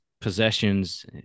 possessions